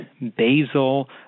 basil